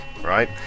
right